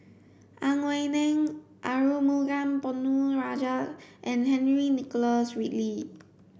Ang Wei Neng Arumugam Ponnu Rajah and Henry Nicholas Ridley